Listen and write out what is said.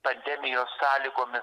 pandemijos sąlygomis